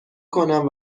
کنم